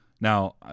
Now